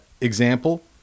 Example